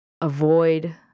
avoid